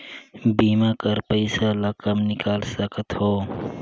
बीमा कर पइसा ला कब निकाल सकत हो?